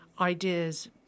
ideas